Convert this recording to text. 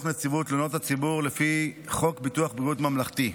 נציבות תלונות הציבור לפי חוק ביטוח בריאות ממלכתי.